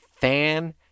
fan